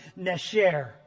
Nesher